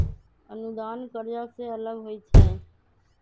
अनुदान कर्जा से अलग होइ छै